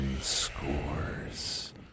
Scores